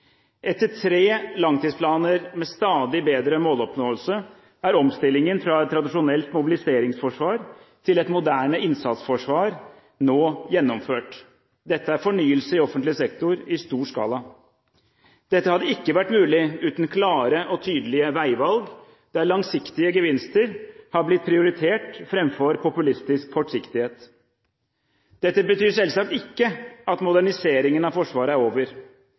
Etter tre langtidsplaner med stadig bedre måloppnåelse er omstillingen fra et tradisjonelt mobiliseringsforsvar til et moderne innsatsforsvar nå gjennomført. Dette er fornyelse i offentlig sektor i stor skala. Dette hadde ikke vært mulig uten klare og tydelige veivalg, der langsiktige gevinster har blitt prioritert framfor populistisk kortsiktighet. Dette betyr selvsagt ikke at moderniseringen av Forsvaret er over,